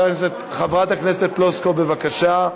חברת הכנסת פלוסקוב, בבקשה.